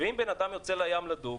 ואם אדם יוצא לים לדוג,